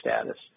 status